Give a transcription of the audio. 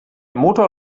motor